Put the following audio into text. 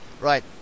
Right